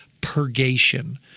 purgation